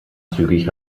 zügig